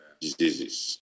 diseases